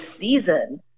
season